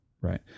right